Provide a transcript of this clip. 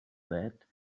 that